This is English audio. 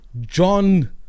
john